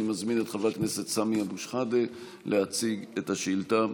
אני מזמין את חבר הכנסת סמי אבו שחאדה להציג את השאילתה.